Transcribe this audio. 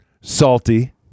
Salty